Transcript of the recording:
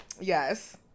yes